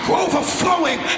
overflowing